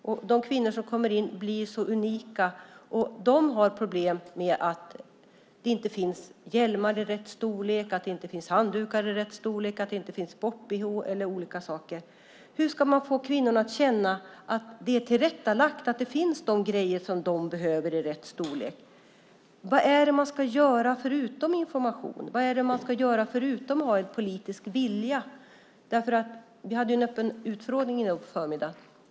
De kvinnor som kommer in blir så unika. De har problem med att det inte finns hjälmar i rätt storlek, att det inte finns handdukar i rätt storlek, att det inte finns sport-bh eller olika saker. Hur ska man få kvinnorna att känna att det är tillrättalagt och att det finns de grejer som de behöver i rätt storlek? Vad är det man ska göra förutom information? Vad är det man ska göra förutom att ha en politisk vilja? Vi hade en öppen utfrågning på förmiddagen i dag.